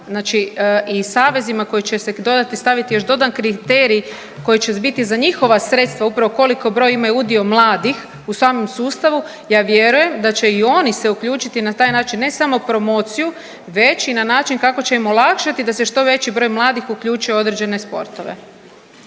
znači i savezima koji će se dodati, staviti još dodan kriterij koji će biti za njihova sredstva upravo koliko broj imaju udio mladih u samom sustavu, ja vjerujem da će i oni se uključiti na taj način ne samo promociju već i na način kako će im olakšati da se što veći broj mladih uključi u određene sportove.